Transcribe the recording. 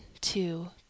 two